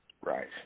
Right